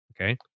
Okay